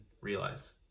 realize